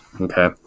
okay